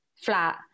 flat